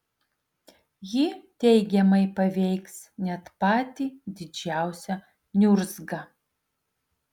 ji teigiamai paveiks net patį didžiausią niurzgą